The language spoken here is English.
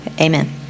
amen